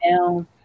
down